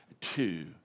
Two